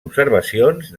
observacions